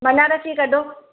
बनारसी कढो